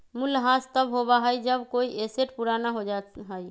मूल्यह्रास तब होबा हई जब कोई एसेट पुराना हो जा हई